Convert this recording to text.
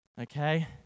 okay